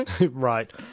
Right